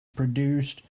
produced